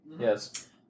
Yes